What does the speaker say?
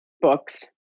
books